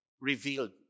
revealed